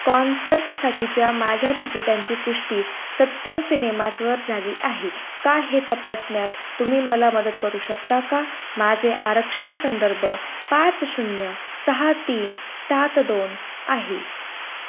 कॉन्सर्टसाठीच्या माझ्या तिकिटांची पुष्टी सत्यम सिनेमाासवर झाली आहे का हे तपासण्यात तुम्ही मला मदत करू शकता का माझे आरक्षण संदर्भ पाच शून्य सहा तीन सात दोन आहे